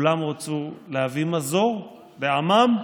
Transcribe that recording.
כולם רצו להביא מזור לעמם,